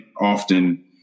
often